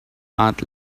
heart